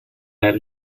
well